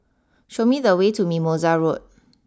show me the way to Mimosa Road